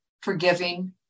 forgiving